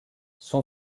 son